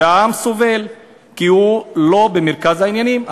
והעם סובל, כי הוא לא במרכז העניינים.